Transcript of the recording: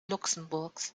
luxemburgs